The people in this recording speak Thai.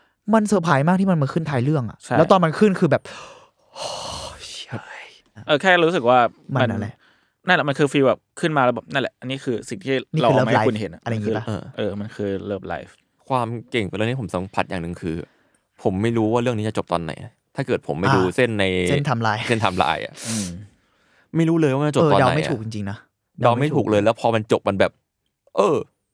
มันเซอร์ไพรส์มากที่มันมาขึ้นท้ายเรื่องอะ แล้วใช่ตอนมันขึ้นคือแบบ- โอ้ยเชี่ยเออ แค่รู้สึกว่ามันมันอะไร?นั่นแหละ มันคือฟีลแบบขึ้นมาแล้วแบบ นั่นแหละ อันนี้คือสิ่งที่นี่คือ Love Lifeเราเอามาให้คุณเห็นอะอะไรอย่างงี้ปะ?เออ เออ มันคือ Love Lifeความเก่งเรื่องนี้ผมสัมผัสอย่างหนึ่งคือ ผมไม่รู้ว่าเรื่องนี้จะจบตอนไหนอะ ถ้าเกิดผมไม่อ่าดูเส้นใน-เส้นไทม์ไลน์เส้นไทม์ไลน์อะอืมไม่รู้เลยว่ามันจะจบตอนไหนอะเออ เดาไม่ถูกจริงๆนะ เดาไม่-เดาไม่ถูกเลย แล้วพอมันจบมันแบบ- เออ